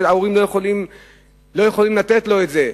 וההורים לא יכולים לתת לו את זה?